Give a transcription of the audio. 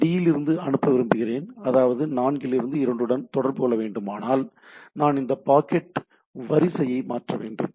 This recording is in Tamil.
நான் D இலிருந்து அனுப்ப விரும்புகிறேன் அதாவது 4 லிருந்து 2 உடன் தொடர்பு கொள்ள வேண்டுமானால் நான் இந்த பாக்கெட் வரிசையை மாற்ற வேண்டும்